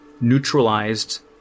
neutralized